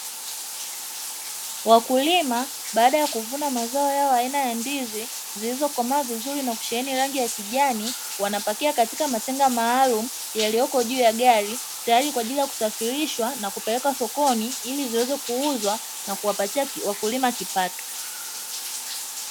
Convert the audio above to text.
Wakulima baada ya kuvuna mazao yao aina ya ndizi zilizokomaa vizuri na kusheheni rangi ya kijani, wanapakia katika matenga maalumu yaliyoko juu ya gari, tayari kwa ajili ya kusafirishwa na kupelekwa sokoni, ili ziweze kuuzwa na kuwapatia wakulima kipato.